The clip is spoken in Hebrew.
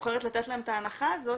לתת להם את ההנחה הזאת.